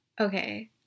Okay